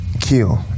kill